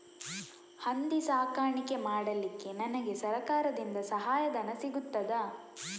ಹಂದಿ ಸಾಕಾಣಿಕೆ ಮಾಡಲಿಕ್ಕೆ ನನಗೆ ಸರಕಾರದಿಂದ ಸಹಾಯಧನ ಸಿಗುತ್ತದಾ?